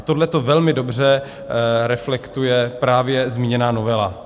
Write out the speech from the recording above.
Tohle velmi dobře reflektuje právě zmíněná novela.